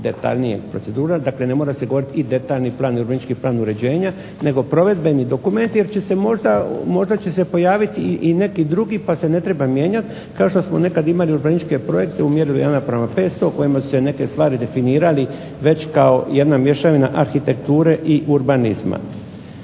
detaljnije procedure. Dakle, ne mora se govoriti i detaljni plan i urbanistički plan uređenja, nego provedbeni dokument jer možda će se pojaviti i neki drugi pa se ne treba mijenjati kao što smo nekad imali urbanističke projekte u mjerilu 1:500 u kojemu smo neke stvari definirali već kao jedna mješavina arhitekture i urbanizma.